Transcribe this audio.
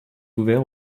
ouvert